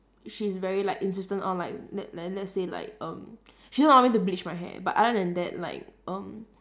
she's very like insistent on like let let's say like um she don't allow me to bleach my hair but other than that like um